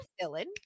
villain